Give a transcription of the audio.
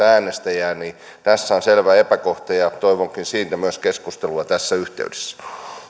äänestäjää niin tässä on selvä epäkohta toivonkin myös siitä keskustelua tässä yhteydessä